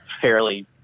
fairly